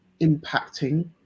impacting